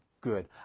good